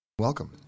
Welcome